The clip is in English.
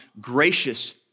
gracious